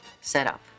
setup